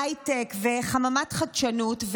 הייטק וחממת חדשנות,